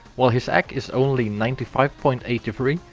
while his acc is only ninety five point eight three,